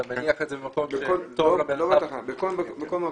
אתה מניח את זה במקום ש --- לא רק בכל מקום.